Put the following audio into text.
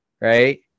Right